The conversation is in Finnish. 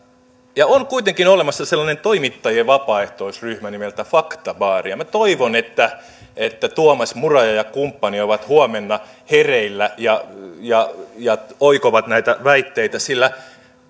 on kuitenkin olemassa sellainen toimittajien vapaaehtoisryhmä nimeltään faktabaari ja minä toivon että että tuomas muraja ja kumppanit ovat huomenna hereillä ja ja oikovat näitä väitteitä sillä